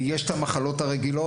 יש את המחלות הרגילות,